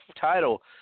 title